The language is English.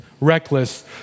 reckless